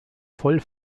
voll